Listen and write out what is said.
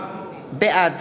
בעד